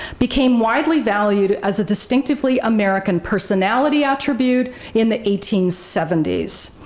became widely valued as a distinctively american personality attribute in the eighteen seventy s.